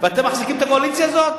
ואתם מחזיקים את הקואליציה הזאת?